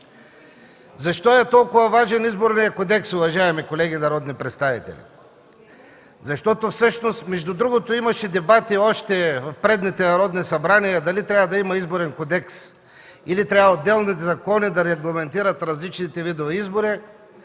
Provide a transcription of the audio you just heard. Защо е толкова важен Изборният кодекс, уважаеми народни представители? Между другото имаше дебати още в предните народни събрания дали трябва да има изборен кодекс или трябва отделни закони да регламентират различните видове избори.